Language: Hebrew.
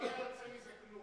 לא היה יוצא מזה כלום.